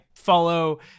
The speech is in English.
Follow